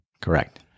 Correct